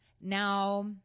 Now